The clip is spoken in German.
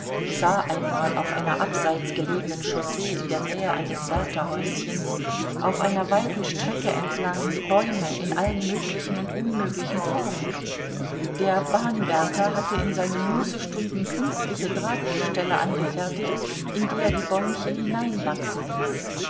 sah einmal auf einer abseits gelegenen chaussee in der nähe eines wärterhäuschens auf einer weiten strecke entlang bäume in allen möglichen und unmöglichen formen der bahnwärter hatte in seinen mußestunden künstliche drahtgestelle angefertigt in die er die bäumchen hineinwachsen ließ